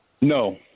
No